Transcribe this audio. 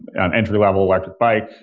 an entry-level electric bike,